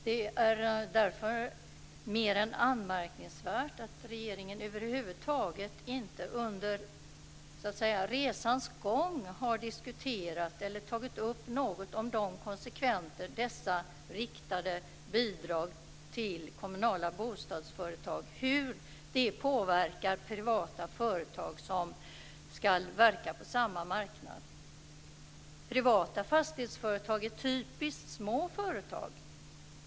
Det är därför mer än anmärkningsvärt att regeringen över huvud taget inte under resans gång har diskuterat eller tagit upp någon av de konsekvenser dessa riktade bidrag till kommunala bostadsföretag får och hur de påverkar privata företag som ska verka på samma marknad. Privata fastighetsföretag är typiskt små företag.